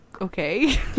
okay